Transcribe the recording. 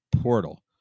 portal